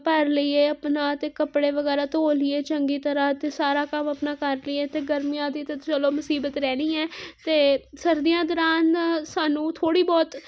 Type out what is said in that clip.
ਭਰ ਲਈਏ ਆਪਣਾ ਅਤੇ ਕੱਪੜੇ ਵਗੈਰਾ ਧੋ ਲਈਏ ਚੰਗੀ ਤਰ੍ਹਾਂ ਅਤੇ ਸਾਰਾ ਕੰਮ ਆਪਣਾ ਕਰ ਲਈਏ ਅਤੇ ਗਰਮੀਆਂ ਦੀ ਤਾਂ ਚਲੋ ਮੁਸੀਬਤ ਰਹਿਣੀ ਹੈ ਅਤੇ ਸਰਦੀਆਂ ਦੌਰਾਨ ਸਾਨੂੰ ਥੋੜ੍ਹੀ ਬਹੁਤ